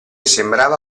sembrava